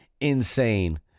insane